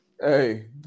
Hey